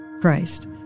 Christ